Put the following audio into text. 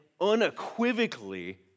unequivocally